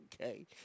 okay